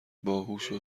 باهوشو